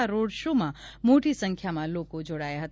આ road show માં મોટી સંખ્યામાં લોકો જોડાયા હતા